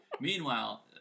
Meanwhile